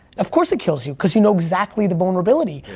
of course it kills you, cause you know exactly the vulnerability.